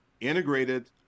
integrated